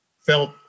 felt